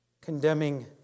Condemning